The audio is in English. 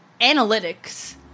analytics